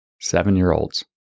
Seven-year-olds